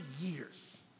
years